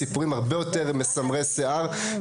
ההשגות נציג של החטיבה להתיישבות בהסתדרות הציונית העולמית.